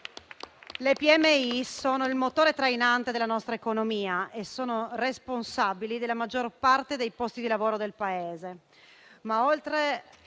imprese sono il motore trainante della nostra economia e sono responsabili della maggior parte dei posti di lavoro del Paese.